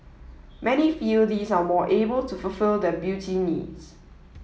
many feel these are more able to fulfil their beauty needs